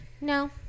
No